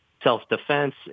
self-defense